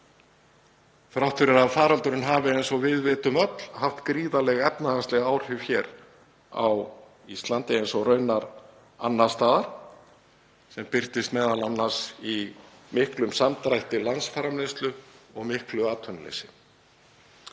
Þrátt fyrir að faraldurinn hafi, eins og við vitum öll, haft gríðarleg efnahagsleg áhrif hér á Íslandi, eins og raunar annars staðar, sem birtist m.a. í miklum samdrætti landsframleiðslu og miklu atvinnuleysi,